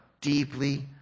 deeply